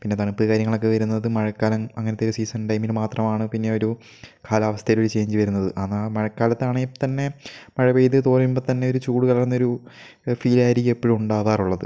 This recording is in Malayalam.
പിന്നെ തണുപ്പ് കാര്യങ്ങളൊക്കെ വരുന്നത് മഴക്കാലം അങ്ങനത്തെ ഒക്കെ സീസൺ ടൈമിൽ മാത്രമാണ് പിന്നെ ഒരു കാലാവസ്ഥയിൽ ഒരു ചേഞ്ച് വരുന്നത് എന്നാ മഴക്കാലത്ത് ആണേ തന്നെ മഴ പെയ്തു തോരുമ്പം തന്നെ ഒരു ചൂട് കലർന്ന ഒരു ഫീലായിരിക്കും എപ്പോഴും ഉണ്ടാകാറുള്ളത്